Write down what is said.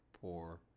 poor